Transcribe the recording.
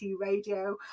radio